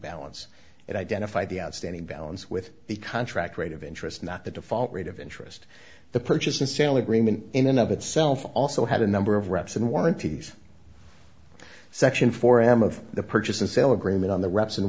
balance it identified the outstanding balance with the contract rate of interest not the default rate of interest the purchase and sale agreement in and of itself also had a number of reps and warranties section four m of the purchase and sale agreement on the reps and